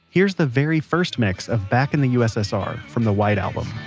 here's the very first mix of back in the u s s r. from the white album